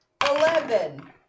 Eleven